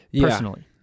personally